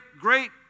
great